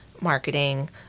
marketing